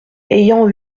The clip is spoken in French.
ayant